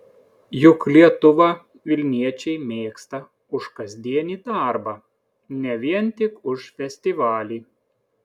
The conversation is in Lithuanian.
juk lietuvą vilniečiai mėgsta už kasdienį darbą ne vien tik už festivalį